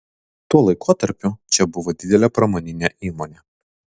tuo laikotarpiu čia buvo didelė pramoninė įmonė